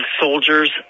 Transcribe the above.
soldiers